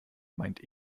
meint